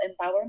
empowerment